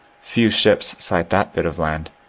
few ships sight that bit of land.